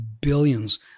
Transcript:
billions